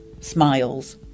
Smiles